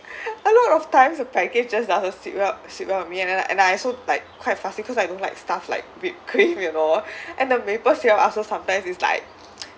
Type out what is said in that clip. a lot of times the pancake just doesn't sit well sit well with me and and I also like quite fussy because I don't like stuff like whipped cream you know and the maple syrup I also sometimes it's like